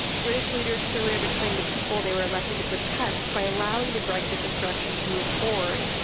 british leaders clearly are betraying the people they were elected to protect by allowing the brexit destruction to move forward,